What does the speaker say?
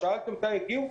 שאלת מתי הם יגיעו?